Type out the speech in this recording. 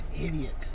idiot